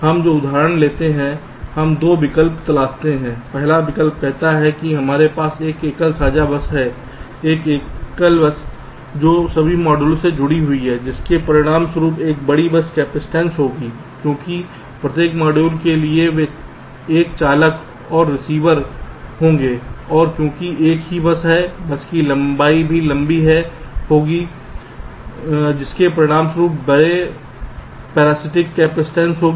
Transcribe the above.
हम जो उदाहरण लेते हैं हम 2 विकल्प तलाशते हैं पहला विकल्प कहता है कि हमारे पास एक एकल साझा बस है एक एकल बस जो सभी मॉड्यूल से जुड़ी हुई है इसके परिणामस्वरूप एक बड़ी बस कैपेसिटेंस होगी क्योंकि प्रत्येक मॉड्यूल के लिए वे एक चालक और रिसीवर होंगे और क्योंकि एक ही बस है बस की लंबाई भी लंबी होगी जिसके परिणामस्वरूप बड़े पैरासिटिक कैपेसिटेंस होगी